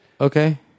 Okay